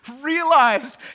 realized